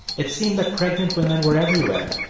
it seemed that pregnant women were everywhere,